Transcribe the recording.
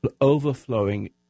overflowing